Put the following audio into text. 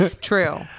True